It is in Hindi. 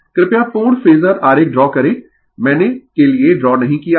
Refer slide Time 1541 कृपया पूर्ण फेजर आरेख ड्रा करें मैंने के लिए ड्रा नहीं किया है